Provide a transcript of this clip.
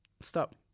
Stop